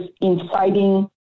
inciting